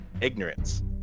ignorance